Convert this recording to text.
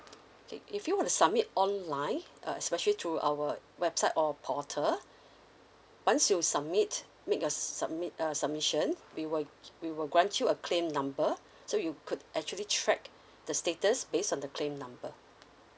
okay if you were to submit online uh especially through our website or porter once you submit make a submit err submission we will we will grant you a claim number so you could actually track the status based on the claim number